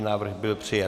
Návrh byl přijat.